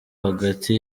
hagati